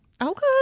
Okay